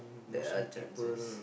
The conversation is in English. there are chances